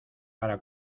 para